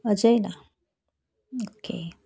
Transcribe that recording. अजयला ओके